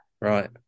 Right